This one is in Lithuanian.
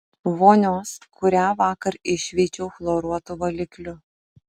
vonios kurią vakar iššveičiau chloruotu valikliu